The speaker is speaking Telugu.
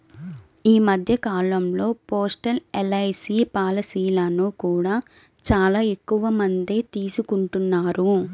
ఈ మధ్య కాలంలో పోస్టల్ ఎల్.ఐ.సీ పాలసీలను కూడా చాలా ఎక్కువమందే తీసుకుంటున్నారు